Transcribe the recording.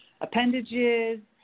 appendages